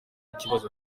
ikibazo